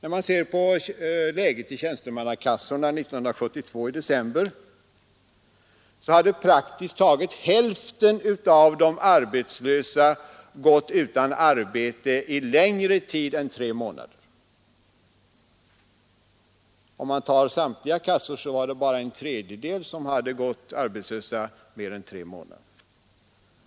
Om man ser på läget i tjänstemannakassorna i december 1972, finner man att praktiskt taget hälften av de arbetslösa gått utan arbete längre tid än tre månader. Av de arbetslösa i samtliga kassor hade bara en tredjedel gått arbetslösa mer än tre månader.